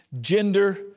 gender